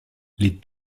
les